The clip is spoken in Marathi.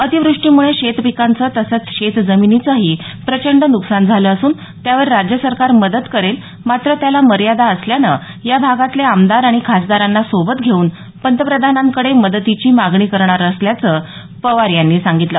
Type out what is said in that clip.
अतिवृष्टीमुळे शेत पिकांचं तसेच शेत जमिनीचंही प्रचंड न्कसान झालं असून त्यावर राज्य सरकार मदत करेल परंत त्याला मर्यादा असल्यानं या भागातले आमदार आणि खासदारांना सोबत घेऊन पंतप्रधानांकडे मदतीची मागणी करणार असल्याचं पवार यांनी सांगितलं